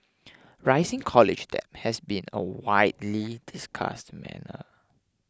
rising college debt has been a widely discussed matter